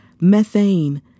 methane